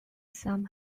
some